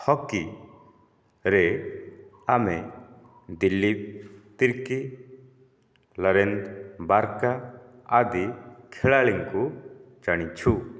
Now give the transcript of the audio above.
hockey ରେ ଆମେ ଦିଲ୍ଲୀପ ତିର୍କି ଲଳିନ ବାର୍କା ଆଦି ଖେଳାଳିଙ୍କୁ ଜାଣିଛୁ